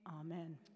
Amen